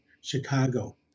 Chicago